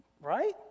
Right